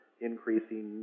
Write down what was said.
increasing